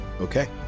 Okay